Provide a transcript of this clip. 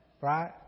Right